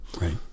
Right